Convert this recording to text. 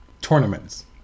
tournaments